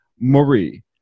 Marie